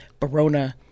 Barona